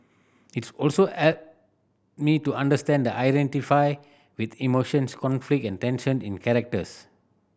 its also me to understand the identify with emotions conflict and tension in characters